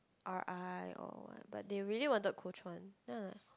r_i or what but they really wanted Kuo Chuan then like